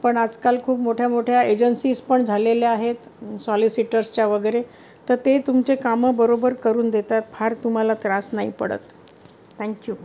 पण आजकाल खूप मोठ्या मोठ्या एजन्सीज पण झालेल्या आहेत सॉलिसिटर्सच्या वगैरे तर ते तुमचे कामं बरोबर करून देतात फार तुम्हाला त्रास नाही पडत थँक्यू